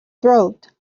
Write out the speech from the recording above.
throat